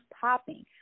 popping